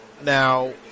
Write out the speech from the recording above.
now